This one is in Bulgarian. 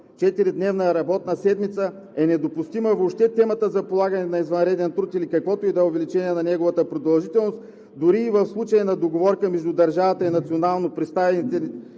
четиридневна работна седмица, е недопустима въобще темата за полагане на извънреден труд или каквото и да е увеличение на неговата продължителност дори и в случай на договорка между държавата и национално представителните,